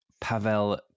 Pavel